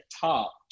top